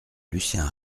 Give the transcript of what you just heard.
lucien